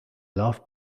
love